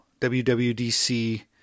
WWDC